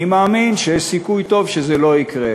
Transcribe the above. אני מאמין שיש סיכוי טוב שזה לא יקרה.